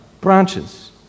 branches